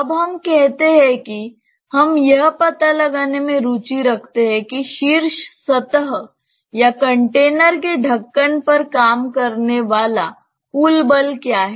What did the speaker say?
अब हम कहते हैं कि हम यह पता लगाने में रुचि रखते हैं कि शीर्ष सतह या कंटेनर के ढक्कन पर काम करने वाला कुल बल क्या है